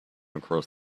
across